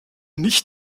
nicht